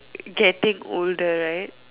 getting older right